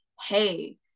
hey